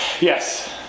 Yes